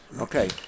okay